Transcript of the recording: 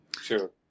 Sure